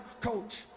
coach